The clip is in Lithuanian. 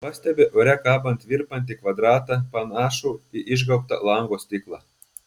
pastebiu ore kabant virpantį kvadratą panašų į išgaubtą lango stiklą